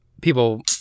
people